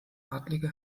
adlige